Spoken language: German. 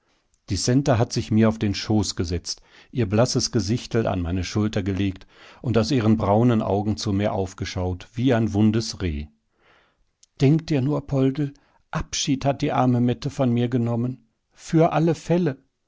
die centa hat sich mir auf den schoß gesetzt ihr blasses gesichtel an meine schulter gelegt und aus ihren braunen augen zu mir aufgeschaut wie ein wundes reh denk dir nur poldl abschied hat die arme mette von mir genommen für alle fälle